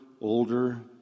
older